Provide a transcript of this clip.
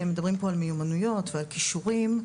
מדברים פה על מיומנויות ועל קישורים,